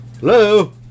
Hello